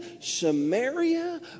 Samaria